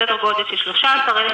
בסופו של דבר,